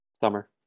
summer